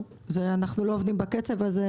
אנחנו לא עובדים בקצב הזה,